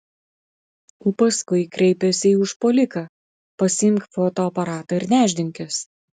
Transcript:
o paskui kreipėsi į užpuoliką pasiimk fotoaparatą ir nešdinkis